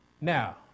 Now